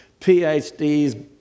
PhDs